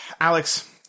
alex